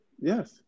Yes